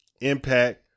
Impact